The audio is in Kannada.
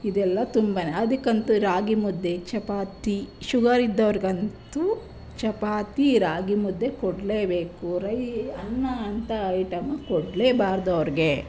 ಇದೆಲ್ಲ ತುಂಬನೇ ಅದಕ್ಕಂತೂ ರಾಗಿ ಮುದ್ದೆ ಚಪಾತಿ ಶುಗರ್ ಇದ್ದವ್ರಿಗಂತೂ ಚಪಾತಿ ರಾಗಿ ಮುದ್ದೆ ಕೊಡಲೇ ಬೇಕು ರೈ ಅನ್ನ ಅಂತ ಐಟಮ್ ಕೊಡಲೇ ಬಾರ್ದು ಅವ್ರಿಗೆ